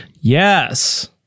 Yes